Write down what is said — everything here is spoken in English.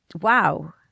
wow